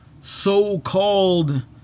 so-called